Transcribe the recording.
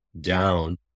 down